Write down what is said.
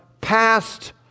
past